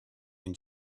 and